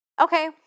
okay